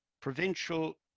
provincial